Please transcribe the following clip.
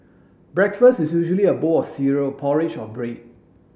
breakfast is usually a bowl of cereal porridge or bread